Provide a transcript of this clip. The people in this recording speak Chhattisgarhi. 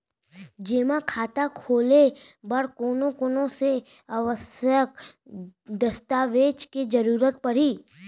जेमा खाता खोले बर कोन कोन से आवश्यक दस्तावेज के जरूरत परही?